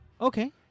okay